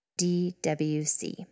DWC